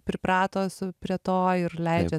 priprato su prie to ir leidžia